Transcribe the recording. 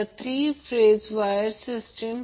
तर हे VL आहे ते एक लाइन व्होल्टेज आहे आणि Ia l लाइन करंट